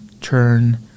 turn